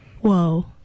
Whoa